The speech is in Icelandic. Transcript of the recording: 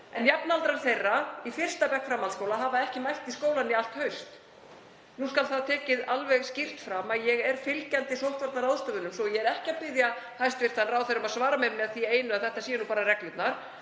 en jafnaldrar þeirra í fyrsta bekk framhaldsskóla hafa ekki mætt í skólann í allt haust. Nú skal það tekið alveg skýrt fram að ég er fylgjandi sóttvarnaráðstöfunum svo að ég er ekki að biðja hæstv. ráðherra um að svara mér með því einu að þetta séu bara reglurnar,